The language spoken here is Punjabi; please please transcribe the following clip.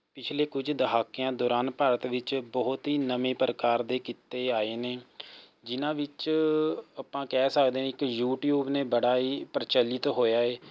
ਪਿਛਲੇ ਕੁਝ ਦਹਾਕਿਆਂ ਦੌਰਾਨ ਭਾਰਤ ਵਿੱਚ ਬਹੁਤ ਹੀ ਨਵੇਂ ਪ੍ਰਕਾਰ ਦੇ ਕਿੱਤੇ ਆਏ ਨੇ ਜਿਹਨਾਂ ਵਿੱਚ ਆਪਾਂ ਕਹਿ ਸਕਦੇ ਹਾਂ ਇੱਕ ਯੂਟਿਊਬ ਨੇ ਬੜਾ ਹੀ ਪ੍ਰਚਲਿਤ ਹੋਇਆ ਹੈ